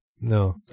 No